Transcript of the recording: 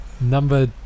number